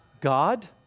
God